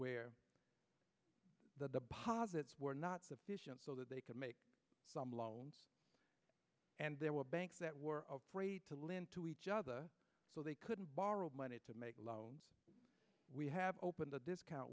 where the posits were not sufficient so that they could make some loans and there were banks that were afraid to lend to each other so they couldn't borrow money to make a loan we have opened the discount